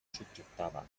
subjectava